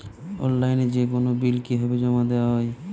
অনলাইনে যেকোনো বিল কিভাবে জমা দেওয়া হয়?